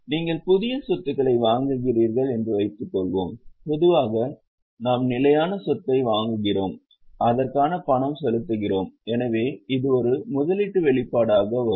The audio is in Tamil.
நீங்கள் புதிய சொத்துக்களை வாங்குகிறீர்கள் என்று வைத்துக்கொள்வோம் பொதுவாக நாம் நிலையான சொத்தை வாங்குகிறோம் அதற்காக பணம் செலுத்துகிறோம் எனவே இது ஒரு முதலீட்டு வெளிப்பாடாக வரும்